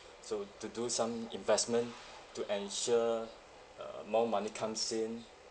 so to do some investment to ensure uh more money comes in